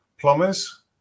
Plumbers